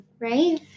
right